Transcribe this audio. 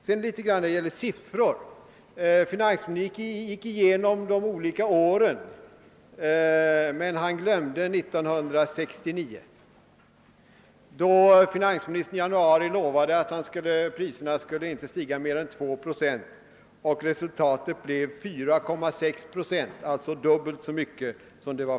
När det sedan gäller siffror, så gick finansministern igenom de olika åren men glömde 1969, då han i januari lovade att priserna inte skulle stiga mer än 2 procent och resultatet blev 4,6 procent — alltså dubbelt så mycket.